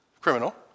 criminal